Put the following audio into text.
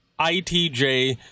ITJ